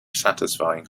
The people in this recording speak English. satisfying